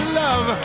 love